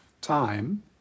time